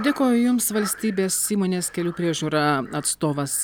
dėkoju jums valstybės įmonės kelių priežiūra atstovas